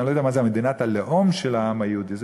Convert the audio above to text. אני לא יודע מה זה "מדינת הלאום של העם היהודי" זה,